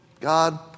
God